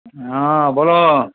হ্যাঁ বলো